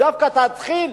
ודווקא תתחיל,